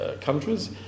countries